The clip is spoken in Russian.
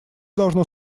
должно